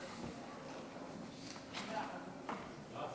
חבר הכנסת מסעוד גנאים, בבקשה, אדוני.